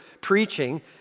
preaching